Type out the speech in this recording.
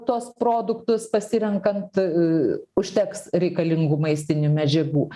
tuos produktus pasirenkant užteks reikalingų maistinių medžiagų